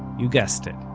you guessed it.